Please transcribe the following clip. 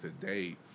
today